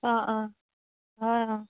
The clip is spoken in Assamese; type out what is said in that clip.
অঁ অঁ হয় অঁ